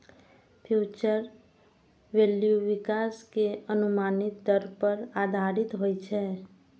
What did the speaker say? future value विकास के अनुमानित दर पर आधारित होइ छै